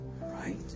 right